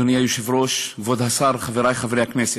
אדוני היושב-ראש, כבוד השר, חברי חברי הכנסת,